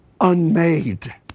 unmade